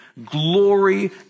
glory